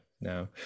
no